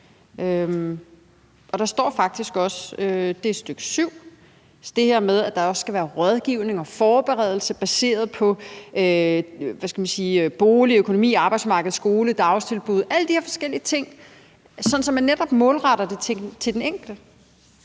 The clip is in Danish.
og der står faktisk også i stk. 7, at der skal være rådgivning og forberedelse baseret på bolig, økonomi, arbejdsmarked, skole, dagtilbud – alle de her forskellige ting – sådan at man netop målretter det til den enkelte.